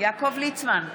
יעקב ליצמן,